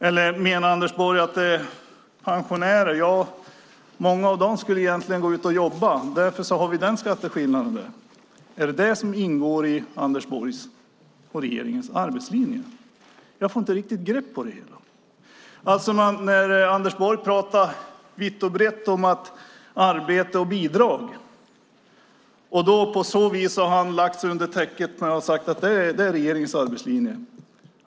Eller menar Anders Borg pensionärerna, att många av dem egentligen ska ut och jobba och att vi därför har den skatteskillnaden? Är det detta som ingår i Anders Borgs och regeringens arbetslinje? Jag får inte riktigt grepp om det hela. Anders Borg talar vitt och brett om arbete och bidrag och har på så vis lagt sig under täcket och sagt att det är regeringens arbetslinje.